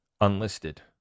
unlisted